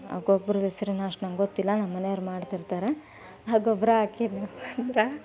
ಆ ಗೊಬ್ರದ ಹೆಸ್ರನ್ನು ಅಷ್ಟು ನಂಗೆ ಗೊತ್ತಿಲ್ಲ ನಮ್ಮ ಮನೆಯವ್ರು ಮಾಡ್ತಿರ್ತಾರೆ ಆ ಗೊಬ್ಬರ ಹಾಕಿದ ದ್ರ